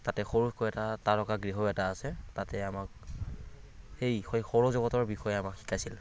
তাতে সৰুকৈ এটা তাৰকাগৃহও এটা আছে তাতে আমাক এই সৌৰজগতৰ বিষয়ে আমাক শিকাইছিল